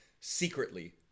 secretly